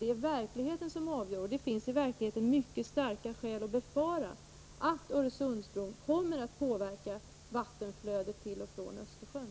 Det är verkligheten som avgör, och det finns i verkligheten mycket starka skäl att befara att Öresundsbron kommer att påverka vattenflödet till och från Östersjön.